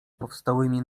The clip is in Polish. powstałymi